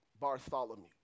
Bartholomew